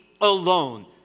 alone